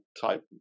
type